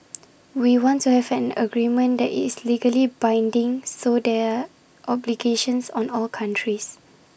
we want to have an agreement that is legally binding so there are obligations on all countries